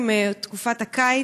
בתקופת הקיץ,